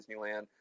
Disneyland